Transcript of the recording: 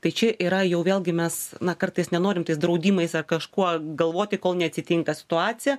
tai čia yra jau vėlgi mes na kartais nenorim tais draudimais ar kažkuo galvoti kol neatsitinka situacija